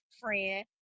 friend